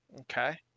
Okay